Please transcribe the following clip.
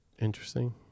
Interesting